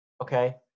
okay